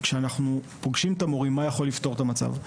כשאנחנו פוגשים את המורים מה יכול לפתור את המצב.